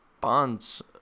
Bonds